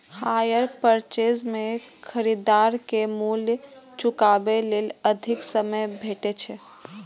hire purchase मे खरीदार कें मूल्य चुकाबै लेल अधिक समय भेटै छै